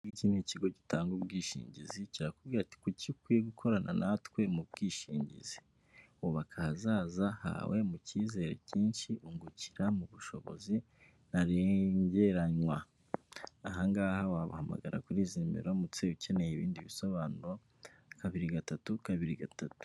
Ikigo gitanga ubwishingizi kirakubwira ati "kuki ukwiye gukorana natwe mu bwishingizi?" Ubaka ahazaza hawe mu cyizere cyinshi, ungukira mu bushobozi ntarengeranywa. Aha ngaha wabahamagara kuri izi nimero uramutse ukeneye ibindi bisobanuro, kabiri gatatu, kabiri gatatu.